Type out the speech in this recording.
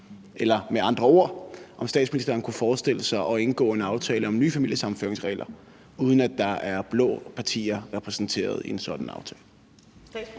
eller med andre ord, om statsministeren kunne forestille sig at indgå en aftale om nye familiesammenføringsregler, uden at der er blå partier repræsenteret i en sådan aftale.